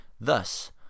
Thus